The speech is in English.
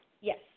Yes